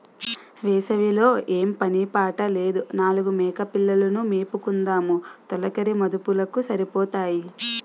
వేసవి లో ఏం పని పాట లేదు నాలుగు మేకపిల్లలు ను మేపుకుందుము తొలకరి మదుపులకు సరిపోతాయి